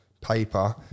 Paper